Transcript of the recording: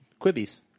quibbies